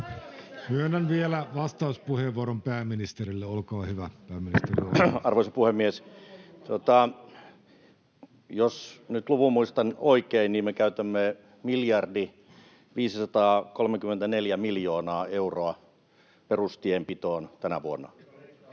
Myönnän vielä vastauspuheenvuoron pääministerille. — Olkaa hyvä, pääministeri Orpo. Arvoisa puhemies! Jos nyt luvun muistan oikein, niin me käytämme 1 miljardi 534 miljoonaa euroa perustienpitoon tänä vuonna,